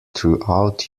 throughout